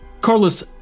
Carlos